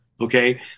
Okay